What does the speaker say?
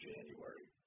January